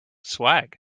swag